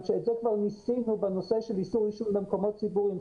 שאת זה כבר ניסינו בנושא של איסור עישון במקומות ציבוריים.